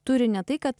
turi ne tai kad